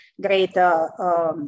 greater